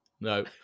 No